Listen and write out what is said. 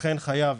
לכן חייב,